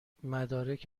مدارک